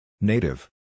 Native